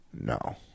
No